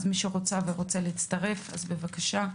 מי שרוצה ורוצה להצטרף אז בבקשה.